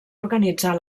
organitzar